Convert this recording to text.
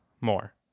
more